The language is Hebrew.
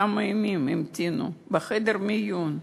כמה ימים המתינו, בחדר מיון.